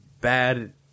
bad